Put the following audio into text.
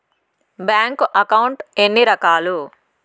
bank account ఎన్ని రకాలు